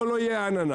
פה לא יהיה אננס,